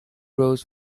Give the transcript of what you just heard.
rose